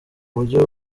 buryo